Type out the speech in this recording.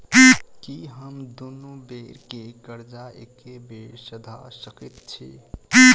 की हम दुनू बेर केँ कर्जा एके बेर सधा सकैत छी?